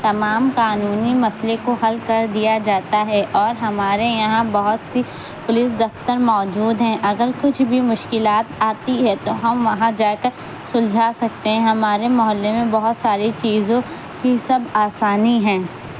تمام قانونی مسئلے کو حل کر دیا جاتا ہے اور ہمارے یہاں بہت سی پولیس دفتر موجود ہیں اگر کچھ بھی مشکلات آتی ہے تو ہم وہاں جا کر سلجھا سکتے ہیں ہمارے محلے میں بہت ساری چیزوں کی سب آسانی ہیں